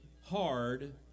hard